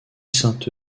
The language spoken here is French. saint